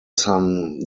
san